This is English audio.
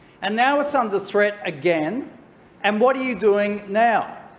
and now it's under threat again and what are you doing now?